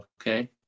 Okay